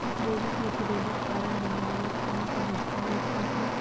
Debit या credit card बनवाय बर कौन का दस्तावेज लगही?